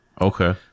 Okay